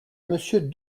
monsieur